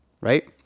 right